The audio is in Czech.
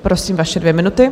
Prosím, vaše dvě minuty.